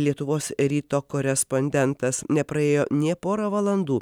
lietuvos ryto korespondentas nepraėjo nė porą valandų